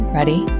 Ready